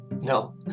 No